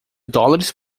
dólares